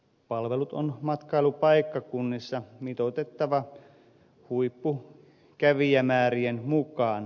palvelut on matkailupaikkakunnilla mitoitettava huippukävijämäärien mukaan